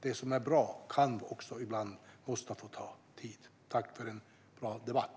Det som är bra måste ibland få ta tid. Tack för en bra debatt!